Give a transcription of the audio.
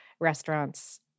restaurants